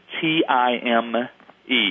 T-I-M-E